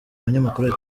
abanyamakuru